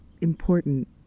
important